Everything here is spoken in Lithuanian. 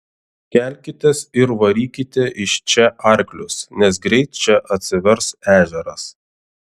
kelkitės ir varykite iš čia arklius nes greit čia atsivers ežeras